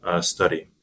study